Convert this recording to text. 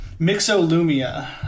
Mixolumia